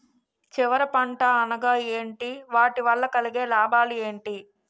చివరి పంట అనగా ఏంటి వాటి వల్ల కలిగే లాభాలు ఏంటి